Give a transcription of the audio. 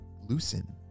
loosen